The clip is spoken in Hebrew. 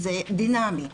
וזה דינמי,